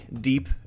deep